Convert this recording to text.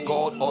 God